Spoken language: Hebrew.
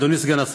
אדוני סגן השר,